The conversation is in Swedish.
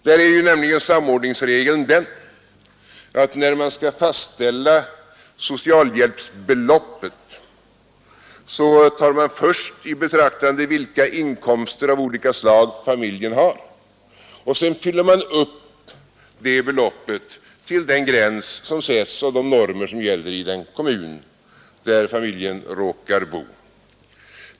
Samordningsregeln är nämligen sådan, att när man skall fastställa socialhjälpsbeloppet tar man först i betraktande vilka inkomster av olika slag familjen har, och sedan fyller man upp det beloppet till den gräns som sätts och de normer som gäller i den kommun där familjen råkar bo.